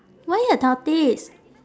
why a tortoise